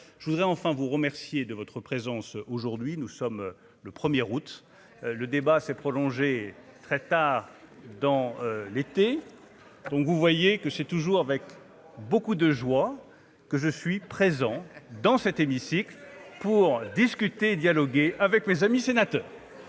je voudrais enfin vous remercier de votre présence aujourd'hui nous sommes le premier août. Le débat s'est prolongée très tard dans l'été, donc vous voyez que c'est toujours avec beaucoup de joie que je suis présent dans cet hémicycle pour discuter, dialoguer avec mes amis sénateurs.